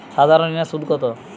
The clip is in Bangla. সাধারণ ঋণের সুদ কত?